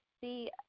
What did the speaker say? see